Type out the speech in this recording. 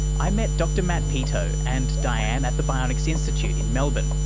i met dr matt petoe and dianne at the bionics institute in melbourne,